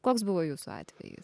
koks buvo jūsų atvejis